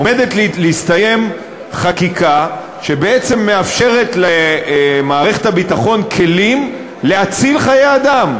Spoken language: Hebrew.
עומדת להסתיים חקיקה שבעצם מאפשרת למערכת הביטחון כלים להציל חיי אדם,